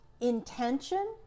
intention